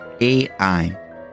AI